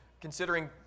considering